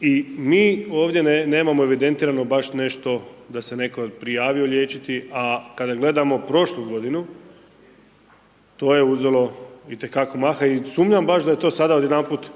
i mi ovdje nemamo evidentirano baš nešto da se netko prijavio liječiti a kada gledamo prošlu godinu, to je uzelo itekako maha i sumnjama baš da je to sada odjedanput